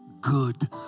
good